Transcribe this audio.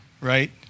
right